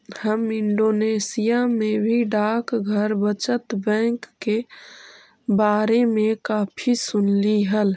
हम इंडोनेशिया में भी डाकघर बचत बैंक के बारे में काफी सुनली हल